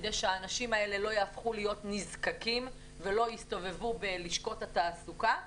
כדי שהאנשים האלה לא יהפכו להיות נזקקים ולא יסתובבו בלשכות התעסוקה,